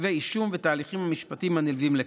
כתבי אישום ותהליכים משפטיים הנלווים לכך.